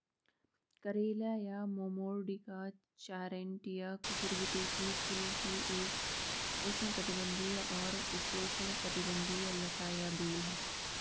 करेला या मोमोर्डिका चारैन्टिया कुकुरबिटेसी कुल की एक उष्णकटिबंधीय और उपोष्णकटिबंधीय लता या बेल है